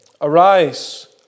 Arise